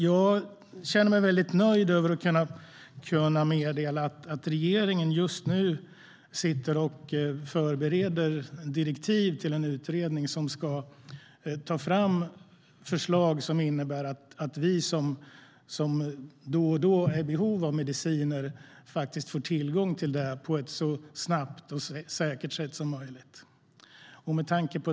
Jag känner mig nöjd med att kunna meddela att regeringen just nu förbereder direktiv till en utredning som ska ta fram förslag som innebär att vi som då och då är i behov av mediciner faktiskt får tillgång till dem så snabbt och säkert som möjligt.